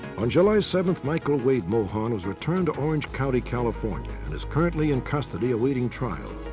on july seventh michael wayde mohon was returned to orange county, california and is currently in custody awaiting trial.